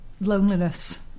loneliness